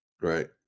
Right